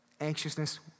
Anxiousness